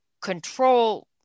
control